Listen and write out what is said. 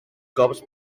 cops